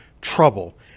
trouble